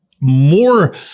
more